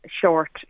short